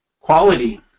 Quality